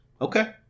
Okay